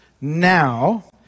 now